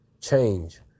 change